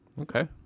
Okay